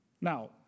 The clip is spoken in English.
Now